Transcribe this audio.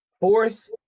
Fourth